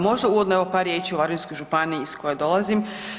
Možda uvodno par evo par riječi o Varaždinskoj županiji iz koje dolazim.